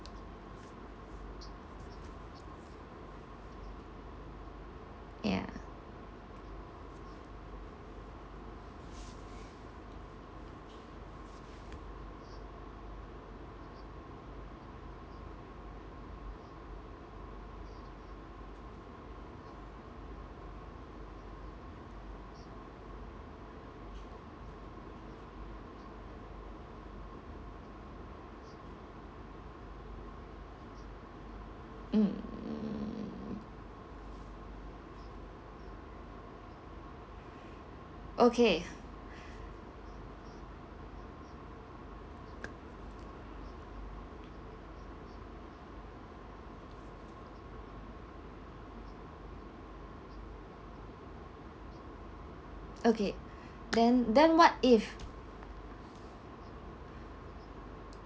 ya mm okay okay then then what if